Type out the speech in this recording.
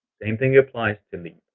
same thing applies to leeb.